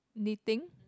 knitting